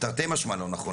מספיק.